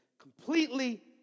completely